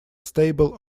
stable